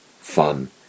fun